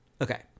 Okay